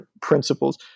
principles